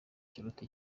kiruta